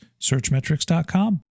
searchmetrics.com